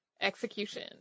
execution